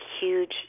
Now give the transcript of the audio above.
huge